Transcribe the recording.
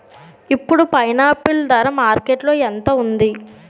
ఇప్పుడు పైనాపిల్ ధర మార్కెట్లో ఎంత ఉంది?